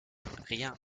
rien